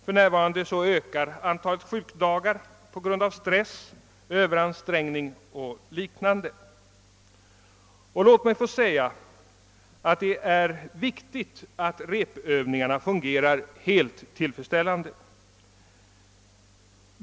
För närvarande ökar antalet sjukdomsdagar på grund av stress, överansträngning och liknande orsaker. Det är viktigt att repövningarna fungerar helt = tillfredsställande.